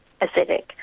acidic